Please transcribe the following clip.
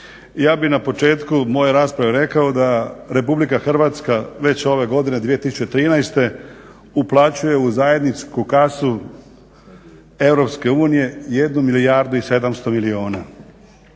Ja bih na početku moje rasprave rekao da RH već ove godine 2013. uplaćuje u zajedničku kasu EU 1 milijardu i 700 milijuna.